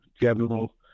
general